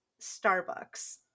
Starbucks